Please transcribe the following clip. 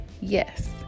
Yes